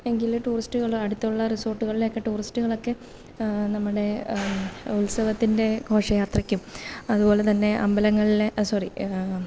എങ്കില് ടൂറിസ്റ്റുകളുടെ അടുത്തുള്ള റിസോട്ടുകളിലെയൊക്കെ ടൂറിസ്റ്റുകളൊക്കെ നമ്മുടെ ഉത്സവത്തിന്റെ ഘോഷയാത്രയ്ക്കും അതുപോലെതന്നെ അമ്പലങ്ങളിലെ സോറി